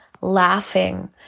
laughing